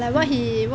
hmm